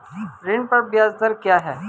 ऋण पर ब्याज दर क्या है?